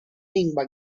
lingua